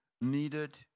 needed